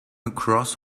across